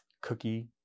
cookie